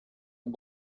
boy